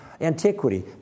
antiquity